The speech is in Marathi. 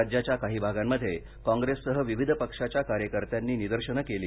राज्याच्या काही भागांमध्ये काँप्रेससह विविध पक्षांच्या कार्यकर्त्यांनी निदर्शनं केली